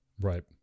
Right